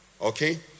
okay